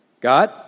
God